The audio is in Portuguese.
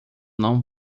não